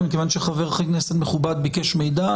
אבל מכיוון שחבר כנסת מכובד ביקש מידע,